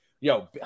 Yo